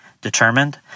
determined